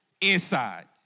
inside